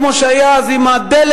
כמו שהיה אז עם הדלק,